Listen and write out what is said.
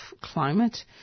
climate